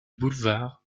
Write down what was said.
boulevard